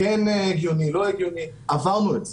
כן הגיוני, לא הגיוני, עברנו את זה,